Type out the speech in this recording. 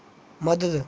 मदद